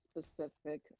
specific